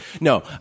No